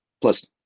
plus